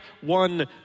one